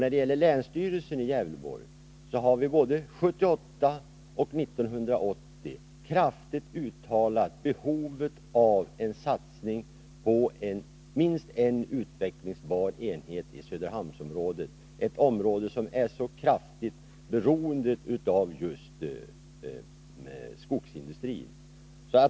Länsstyrelsen i Gävleborgs län har både 1978 och 1980 kraftigt uttalat att det föreligger behov av en satsning på minst en utvecklingsbar enhet i Söderhamnsområdet, ett område som är starkt beroende av just skogsindustrin.